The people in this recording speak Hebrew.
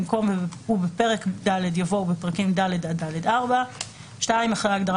במקום "ובפרק ד'" יבוא "ובפרקים ד' עד ד'4"; (2)אחרי ההגדרה